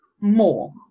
more